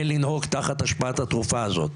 אין לנהוג תחת השפעת התרופה הזאת.